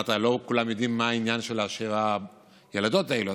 אמרת שלא כולם יודעים מה העניין של הילדות האלה,